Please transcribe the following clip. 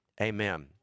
amen